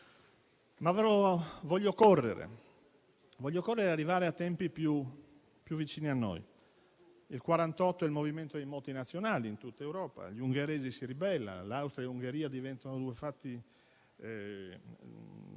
la scritta Fiume. Voglio correre e arrivare a tempi più vicini a noi. Il 1848 è il movimento dei moti nazionali in tutta Europa. Gli ungheresi si ribellano. L'Austria e l'Ungheria diventano due entità